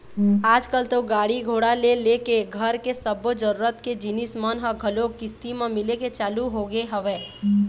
आजकल तो गाड़ी घोड़ा ले लेके घर के सब्बो जरुरत के जिनिस मन ह घलोक किस्ती म मिले के चालू होगे हवय